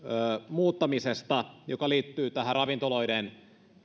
muuttamisesta joka liittyy tähän ravintoloiden